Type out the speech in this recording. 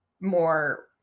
more